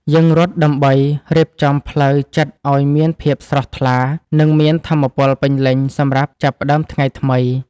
យើងរត់ដើម្បីរៀបចំផ្លូវចិត្តឱ្យមានភាពស្រស់ថ្លា និងមានថាមពលពេញលេញសម្រាប់ចាប់ផ្ដើមថ្ងៃថ្មី។